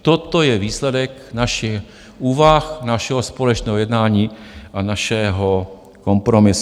Toto je výsledek našich úvah, našeho společného jednání a našeho kompromisu.